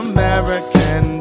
American